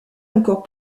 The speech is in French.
encore